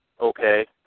okay